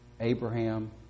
Abraham